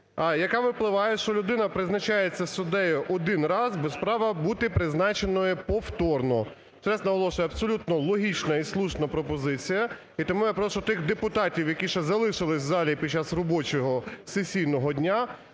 яка випливає, що людина призначається суддею один раз без права бути призначеною повторно. Ще раз наголошую, абсолютно логічна і слушна пропозиція, і тому я прошу тих депутатів, які ще залишилися в залі під час робочого сесійного дня,